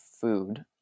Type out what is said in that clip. food